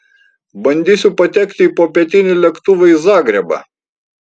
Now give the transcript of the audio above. bandysiu patekti į popietinį lėktuvą į zagrebą